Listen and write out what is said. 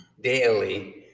daily